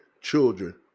children